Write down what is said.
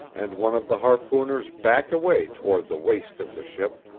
and one of the harpooners backed away toward the waist of the ship,